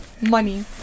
money